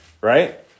Right